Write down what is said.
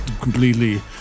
completely